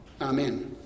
Amen